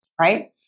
right